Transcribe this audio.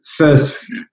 First